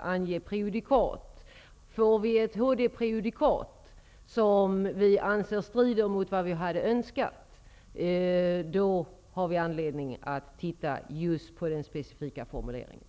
ange prejudikat. Får vi ett HD prejudikat som vi anser strider mot vad vi har önskat, har vi anledning att ta upp den specifika formuleringen.